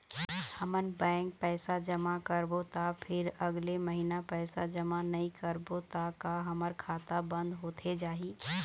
हमन बैंक पैसा जमा करबो ता फिर अगले महीना पैसा जमा नई करबो ता का हमर खाता बंद होथे जाही?